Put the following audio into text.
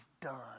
done